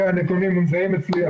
הנתונים נמצאים אצלי.